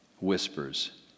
whispers